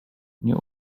nie